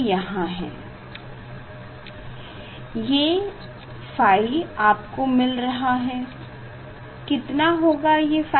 342 ये ϕ आपको मिल रहा है कितना होगा ये ϕ